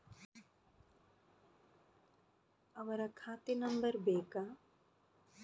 ಅವರ ಖಾತೆ ನಂಬರ್ ಬೇಕಾ?